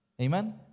Amen